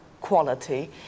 quality